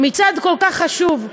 מצעד כל כך חשוב,